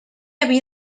havia